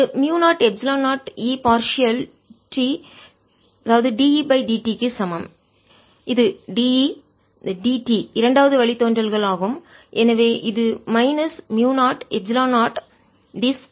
இது மியூ0 epsilon 0 E partial பகுதி t dEdtக்கு சமம் இது dE dt இரண்டாவது வழித்தோன்றல் ஆகும் எனவே இது மைனஸ் மியூ0 எப்சிலான் 0 d2Edt 2 க்கு சமம் ஆகும்